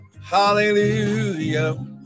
Hallelujah